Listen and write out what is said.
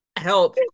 help